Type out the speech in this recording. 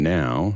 now